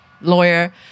lawyer